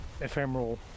ephemeral